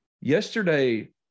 yesterday